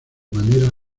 manera